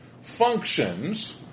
functions